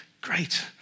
great